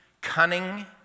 cunning